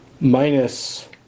minus